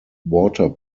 water